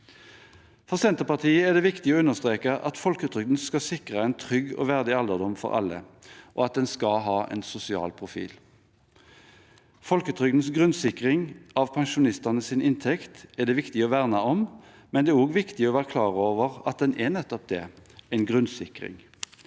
For Senterpartiet er det viktig å understreke at folketrygden skal sikre en trygg og verdig alderdom for alle, og at den skal ha en sosial profil. Folketrygdens grunnsikring av pensjonistenes inntekt er det viktig å verne om, men det er også viktig å være klar over at den er nettopp det – en grunnsikring.